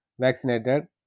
vaccinated